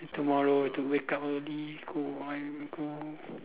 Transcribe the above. tomorrow have to wake up early go on go